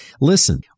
Listen